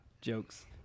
jokes